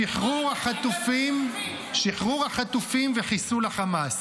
שחרור החטופים וחיסול חמאס.